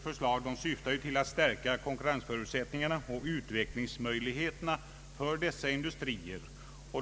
Förslaget syftar till att stärka konkurrensförutsättningarna och utvecklingsmöjligheterna för dessa industrier.